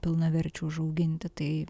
pilnaverčių užauginti tai